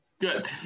Good